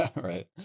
Right